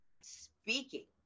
speaking